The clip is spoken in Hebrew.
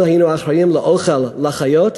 אנחנו היינו אחראים לאוכל של החיות,